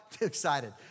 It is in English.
excited